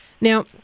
Now